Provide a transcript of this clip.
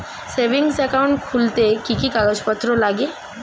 Savings account খুলতে কি কি কাগজপত্র লাগে?